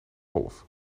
golf